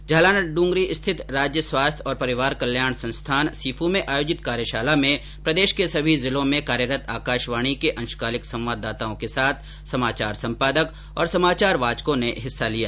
झालाना डूंगरी रिथित राज्य स्वास्थ्य और परिवार कल्याण संस्थान सीफ में आयोजित कार्यशाला में प्रदेश के सभी जिलों में कार्यरत आकाशवाणी के अंशकालिक संवाददाताओं के साथ समाचार संपादक और समाचार वाचकों ने हिस्सा लिया